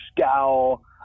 scowl